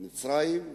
מצרים,